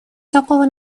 такого